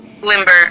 limber